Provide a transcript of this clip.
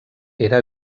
era